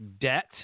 debt